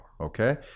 okay